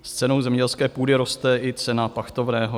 S cenou zemědělské půdy roste i cena pachtovného.